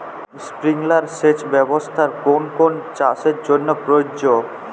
Sprinkler সেচ ব্যবস্থার কোন কোন চাষের জন্য প্রযোজ্য?